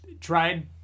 tried